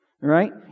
right